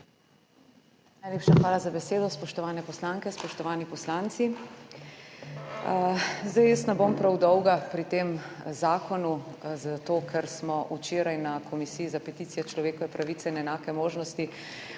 Najlepša hvala za besedo. Spoštovane poslanke, spoštovani poslanci! Jaz ne bom prav dolga pri tem zakonu zato, ker smo včeraj na Komisiji za peticije, človekove pravice in enake možnosti